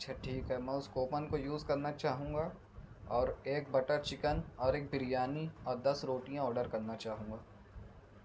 اچھا ٹھیک ہے میں اس کوپن کو یوز کرنا چاہوں گا اور ایک بٹر چکن اور ایک بریانی اور دس روٹیاں آڈر کرنا چاہوں گا